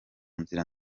nzira